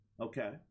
Okay